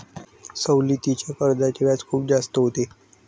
सवलतीच्या कर्जाचे व्याज खूप जास्त होते